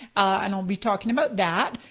and i'll be talking about that.